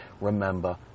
remember